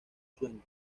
sueño